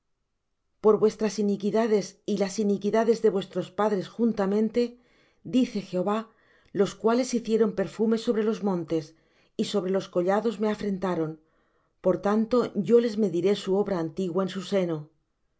por vuestras iniquidades y las iniquidades de vuestros padres juntamente dice jehová los cuales hicieron perfume sobre los montes y sobre los collados me afrentaron por tanto yo les mediré su obra antigua en su seno